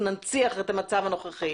שננציח את המצב הנוכחי.